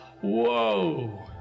whoa